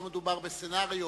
לא מדובר בסצנריו,